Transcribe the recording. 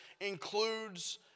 includes